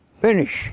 Finish